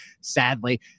sadly